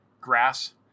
Grass